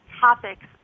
topics